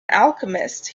alchemist